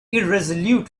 irresolute